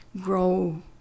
grow